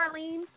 Marlene